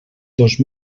dos